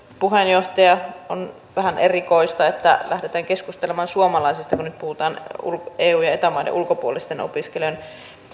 puheenjohtaja on vähän erikoista että lähdetään keskustelemaan suomalaisista kun nyt puhutaan eu ja eta maiden ulkopuolisten opiskelijoiden